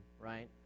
right